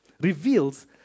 reveals